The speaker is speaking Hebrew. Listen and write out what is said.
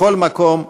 בכל מקום,